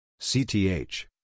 CTH